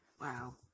Wow